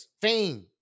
fame